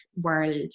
world